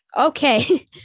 okay